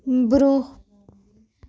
برٛونٛہہ